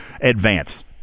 advance